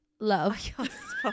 love